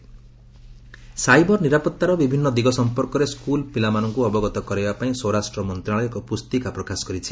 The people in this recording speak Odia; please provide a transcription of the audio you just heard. ହୋମ୍ ମିନିଷ୍ଟ୍ରି ସାଇବର୍ ସାଇବର ନିରାପତ୍ତାର ବିଭିନ୍ନ ଦିଗ ସଂପର୍କରେ ସ୍କୁଲ୍ ପିଲାମାନଙ୍କୁ ଅବଗତ କରାଇବା ପାଇଁ ସ୍ୱରାଷ୍ଟ୍ର ମନ୍ତ୍ରଣାଳୟ ଏକ ପୁସ୍ତିକା ପ୍ରକାଶ କରିଛି